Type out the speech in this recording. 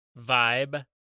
vibe